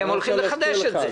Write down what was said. והם הולכים לחדש את זה.